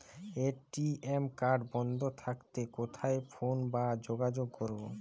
ATM card বন্ধ করতে কোথায় ফোন বা যোগাযোগ করব?